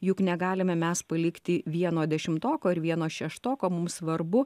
juk negalime mes palikti vieno dešimtoko ir vieno šeštoko mums svarbu